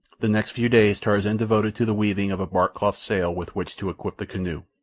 the next few days tarzan devoted to the weaving of a barkcloth sail with which to equip the canoe,